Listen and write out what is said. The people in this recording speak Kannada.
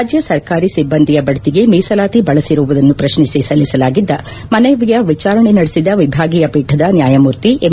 ರಾಜ್ಯ ಸರ್ಕಾರಿ ಸಿಬ್ಲಂದಿಯ ಬಡ್ತಿಗೆ ಮೀಸಲಾತಿ ಬಳಸಿರುವುದನ್ನು ಶ್ರತ್ನಿಸಿ ಸಲ್ಲಿಸಲಾಗಿದ್ದ ಮನವಿಯ ಎಚಾರಣೆ ನಡೆಸಿದ ವಿಭಾಗೀಯ ಪೀಠದ ನ್ನಾಯಮೂರ್ತಿ ಎಂ